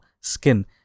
skin